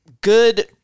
good